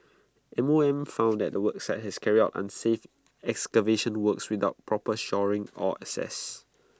M O M found out that the work site had carried out unsafe excavation works without proper shoring or access